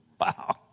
Wow